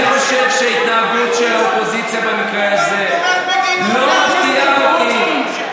אני חושב שההתנהגות של האופוזיציה במקרה הזה לא מפתיעה אותי.